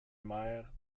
mers